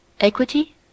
Equity